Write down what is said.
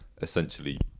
essentially